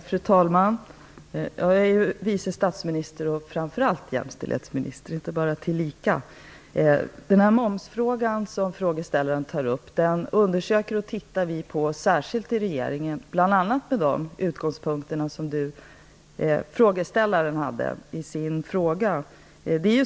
Fru talman! Jag är vice statsminister och framför allt jämställdhetsminister, inte bara tillika. I regeringen undersöker vi och tittar särskilt på den fråga om momsen som frågeställaren tar upp, bl.a. med de utgångspunkter som Ewa Larsson har i sin fråga.